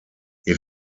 ihr